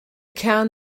kern